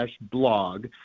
blog